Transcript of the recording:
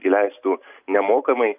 įleistų nemokamai